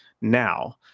now